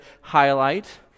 highlight